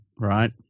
right